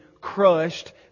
crushed